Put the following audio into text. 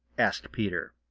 asked peter.